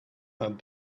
had